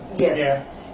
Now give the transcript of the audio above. Yes